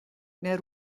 nel